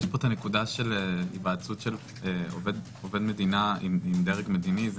יש פה הנקודה של היוועצות עובד מדינה עם דרג מדיני.